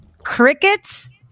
crickets